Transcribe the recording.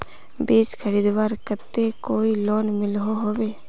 बीज खरीदवार केते कोई लोन मिलोहो होबे?